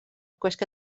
gwisga